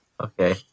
Okay